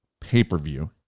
pay-per-view